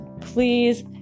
please